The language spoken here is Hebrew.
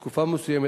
לתקופה מסוימת,